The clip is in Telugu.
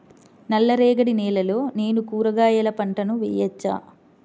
నల్ల రేగడి నేలలో నేను కూరగాయల పంటను వేయచ్చా?